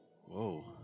Whoa